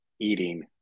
eating